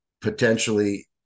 potentially